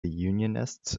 unionists